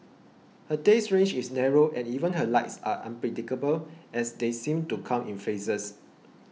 her taste range is narrow and even her likes are unpredictable as they seem to come in phases